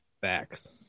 Facts